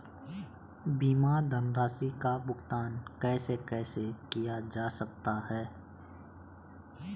बीमा धनराशि का भुगतान कैसे कैसे किया जा सकता है?